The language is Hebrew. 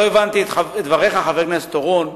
לא הבנתי את דבריך, חבר הכנסת חיים אורון.